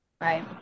right